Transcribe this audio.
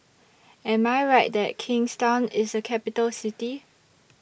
Am I Right that Kingstown IS A Capital City